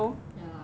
ya lah